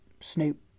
Snoop